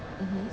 mmhmm